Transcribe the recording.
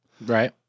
Right